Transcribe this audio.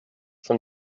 von